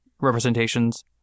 representations